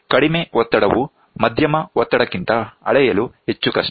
ಕಡಿಮೆ ಒತ್ತಡವು ಮಧ್ಯಮ ಒತ್ತಡಕ್ಕಿಂತ ಅಳೆಯಲು ಹೆಚ್ಚು ಕಷ್ಟ